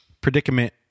predicament